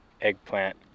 eggplant